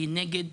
היא נגד